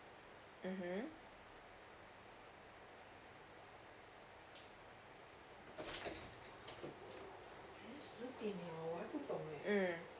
mmhmm um